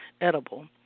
edible